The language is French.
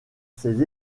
ses